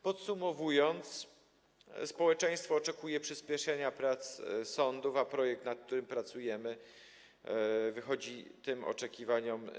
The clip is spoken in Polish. Podsumowując: społeczeństwo oczekuje przyspieszenia prac sądów, a projekt, nad którym pracujemy, wychodzi naprzeciw tym oczekiwaniom.